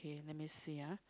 okay let me see ah